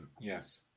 yes